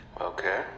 Okay